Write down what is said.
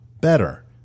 better